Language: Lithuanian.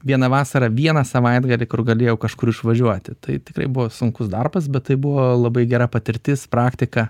vieną vasarą vieną savaitgalį kur galėjau kažkur išvažiuoti tai tikrai buvo sunkus darbas bet tai buvo labai gera patirtis praktika